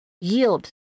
Yield